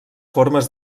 formes